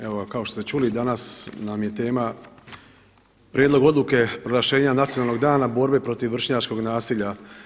Evo kao što ste čuli danas nam je tema Prijedlog odluke proglašenja Nacionalnog dana borbe protiv vršnjačkog nasilja.